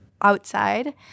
outside